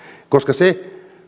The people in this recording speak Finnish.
koska se